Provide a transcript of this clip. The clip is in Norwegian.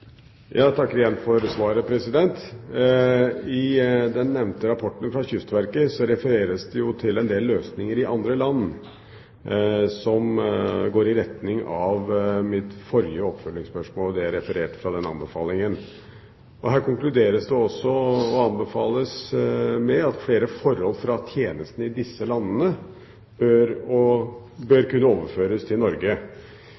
Jeg takker igjen for svaret. I den nevnte rapporten fra Kystverket refereres det til en del løsninger i andre land, som går i retning av mitt forrige oppfølgingsspørsmål og det jeg refererte fra den anbefalingen. Her konkluderes det med og anbefales at flere forhold ved tjenestene i disse landene bør